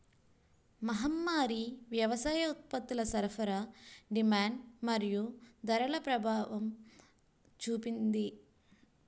మహమ్మారి వ్యవసాయ ఉత్పత్తుల సరఫరా డిమాండ్ మరియు ధరలపై ఎలా ప్రభావం చూపింది?